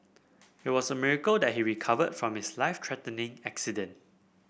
it was a miracle that he recovered from his life threatening accident